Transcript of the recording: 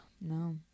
No